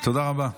תודה רבה.